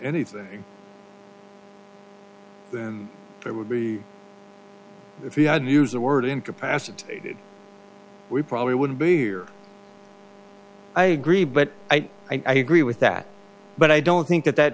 anything then it would be if you had news the word incapacitated we probably wouldn't be here i agree but i agree with that but i don't think that that